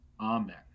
Amen